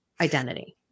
identity